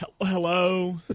hello